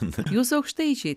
jūs aukštaičiai